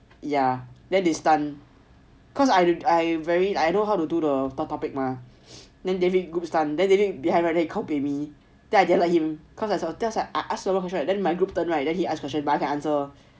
ya then they stun cos I very I know how to do the topic mah then david group stun then david behind he kaobei me then I didn't like him cause I ask a lot question right then my group turn right then he ask question but I can answer